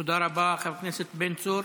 תודה רבה, חבר הכנסת בן צור.